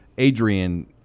Adrian